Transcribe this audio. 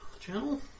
Channel